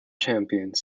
champions